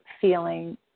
feeling